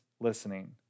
listening